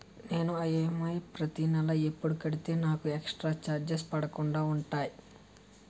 నేను ఈ.ఎం.ఐ ప్రతి నెల ఎపుడు కడితే నాకు ఎక్స్ స్త్ర చార్జెస్ పడకుండా ఉంటుంది?